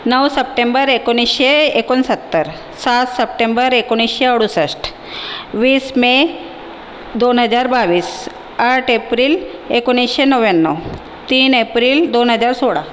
नऊ सप्टेंबर एकोणीसशे एकोणसत्तर सात सप्टेंबर एकोणीसशे अडुसष्ट वीस मे दोन हजार बावीस आठ एप्रिल एकोणीसशे नव्याण्णव तीन एप्रिल दोन हजार सोळा